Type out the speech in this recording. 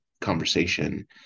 conversation